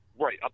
Right